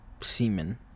Semen